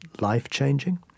life-changing